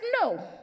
no